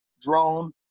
drone